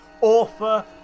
author